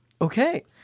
Okay